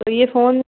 तो ये फ़ोन